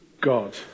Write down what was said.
God